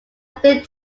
thing